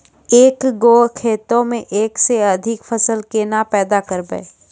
एक गो खेतो मे एक से अधिक फसल केना पैदा करबै?